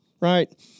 right